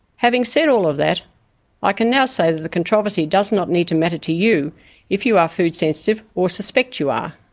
having said all of that i can now say that the controversy does not need to matter to you if you are food sensitive or suspect you ah